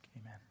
amen